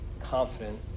confident